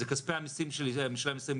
זה כספי המיסים של משלם המיסים.